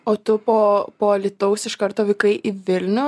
o tu po po alytaus iš karto vykai į vilnių